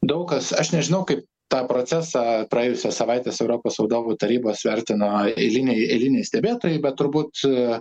daug kas aš nežinau kaip tą procesą praėjusią savaitės europos vadovų tarybos vertino eiliniai eiliniai stebėtojai bet turbūt